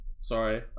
Sorry